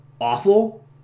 awful